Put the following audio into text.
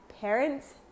parents